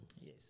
Yes